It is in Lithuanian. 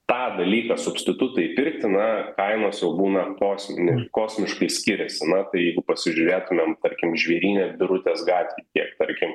tą dalyką substitutą įpirkti na kainos jau būna kosminės kosmiškai skiriasi na tai jeigu pasižiūrėtumėm tarkim žvėryne birutės gatvėj kiek tarkim